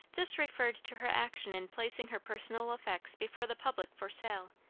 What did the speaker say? this referred to her action in placing her personal effects before the public for sale,